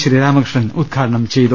ശ്രീരാമകൃഷ്ണൻ ഉദ്ഘാടനം ചെയ്തു